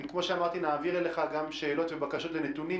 כמו שאמרתי, נעביר אליך גם שאלות ובקשות לנתונים.